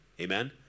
Amen